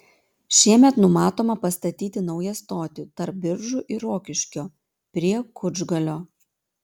šiemet numatoma pastatyti naują stotį tarp biržų ir rokiškio prie kučgalio